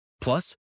Plus